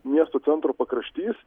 miesto centro pakraštys